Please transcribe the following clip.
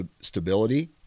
stability